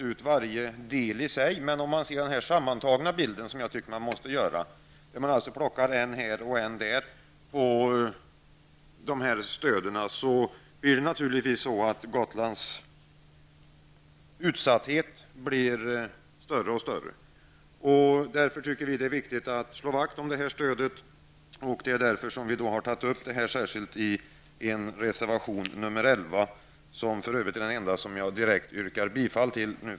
Om man ser på den sammantagna bilden, vilket jag tycker att man måste göra, där man plockar en bit här och en där av dessa stöd, blir Gotlands utsatthet större och större. Vi tycker därför att det är viktigt att slå vakt om det här stödet. Vi har tagit upp detta i reservation nr 11, vilken jag nu yrkar bifall till.